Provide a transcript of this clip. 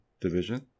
division